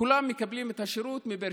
כולם מקבלים את השירות בבאר